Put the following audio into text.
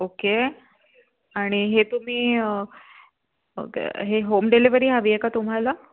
okay आणि हे तुम्ही ओके हे होम डिलेवरी हवी आहे का तुम्हाला